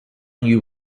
you